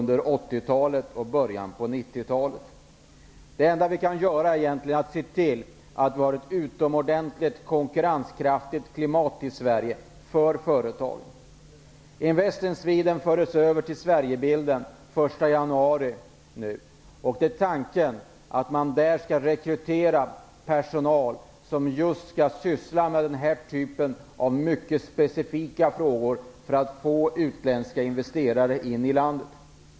Det enda vi kan göra är att se till att vi har ett utomordentligt konkurrenskraftigt klimat i Tanken är att man där skall rekrytera personal som just skall syssla med dessa specifika frågor för att få utländska investerare in i landet.